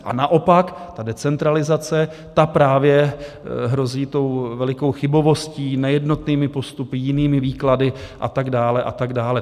A naopak decentralizace, ta právě hrozí velikou chybovostí, nejednotnými postupy, jinými výklady a tak dále a tak dále.